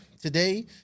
today